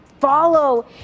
follow